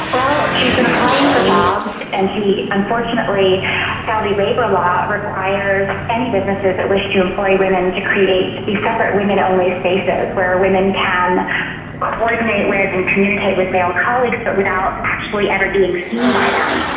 um ah she has been applying for jobs and she, unfortunately saudi labour law requires any businesses that wish to employ women to create these separate women-only spaces where women can ah coordinate with and communicate with male colleagues but without actually ever being seen by them.